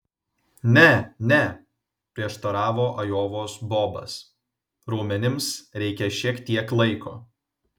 ne ne prieštaravo ajovos bobas raumenims reikia šiek tiek laiko